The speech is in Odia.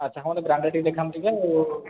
ଆଚ୍ଛା ହଁ ଟିକେ ବ୍ରାଣ୍ଡେଡ଼୍ ଟିକେ ଦେଖାନ୍ତୁ ଟିକେ ଆଉ